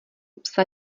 psa